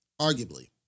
arguably